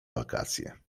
wakacje